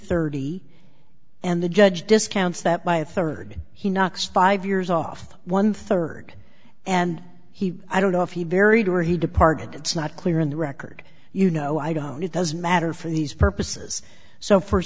thirty and the judge discounts that by a third he knocks five years off one third and he i don't know if he varied or he departed it's not clear in the record you know i don't it doesn't matter for these purposes so for